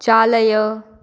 चालय